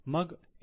मग एन